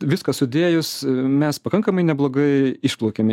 viską sudėjus mes pakankamai neblogai išplaukėme